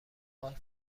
حال